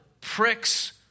pricks